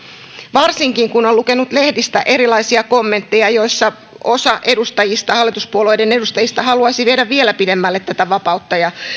varsinkin kun on on lukenut lehdistä erilaisia kommentteja joissa osa hallituspuolueiden edustajista haluaisi viedä vielä pidemmälle tätä vapautta ja